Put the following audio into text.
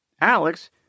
Alex